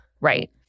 Right